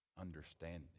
understanding